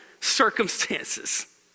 circumstances—